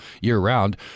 year-round